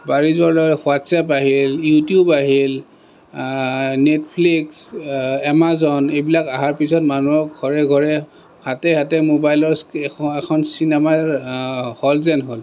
বাঢ়ি যোৱাৰ লগে হোৱাট্চএপ আহিল ইউটিউব আহিল নেটফ্লিক্স আমাজন এইবিলাক অহাৰ পাছত মানুহৰ ঘৰে ঘৰে হাতে হাতে মোবাইলৰ এখন চিনেমাৰ হল যেন হ'ল